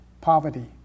Poverty